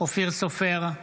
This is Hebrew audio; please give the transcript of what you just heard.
אופיר סופר,